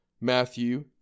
Matthew